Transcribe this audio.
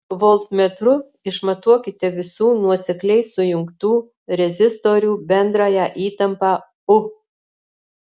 voltmetru išmatuokite visų nuosekliai sujungtų rezistorių bendrąją įtampą u